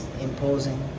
imposing